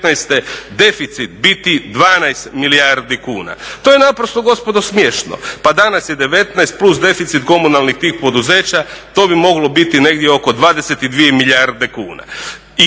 deficit biti 12 milijardi kuna. To je naprosto gospodo smiješno. Pa danas je 19 plus deficit komunalnih tih poduzeća, to bi moglo biti negdje oko 22 milijarde kuna.